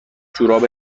جوراب